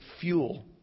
fuel